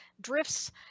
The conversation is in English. drifts